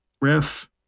riff